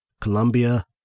Colombia